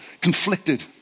conflicted